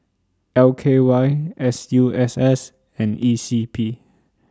L K Y S U S S and E C P